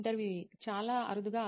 ఇంటర్వ్యూఈ చాలా అరుదుగా